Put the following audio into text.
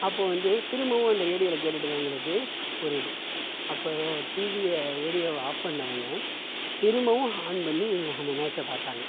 அப்போது வந்து திரும்பவும் அந்த ரேடியோவில் கேட்டுட்டிருந்தவுங்களுக்கு ஒரு இது அப்போ டிவியை ரேடியோவை ஆஃப் பண்ணிணவுங்க திரும்பவும் ஆன் பண்ணி அந்த மேட்சை பார்த்தாங்க